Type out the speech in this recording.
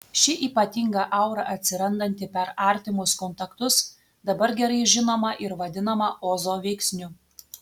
ši ypatinga aura atsirandanti per artimus kontaktus dabar gerai žinoma ir vadinama ozo veiksniu